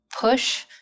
push